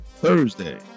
Thursday